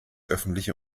öffentliche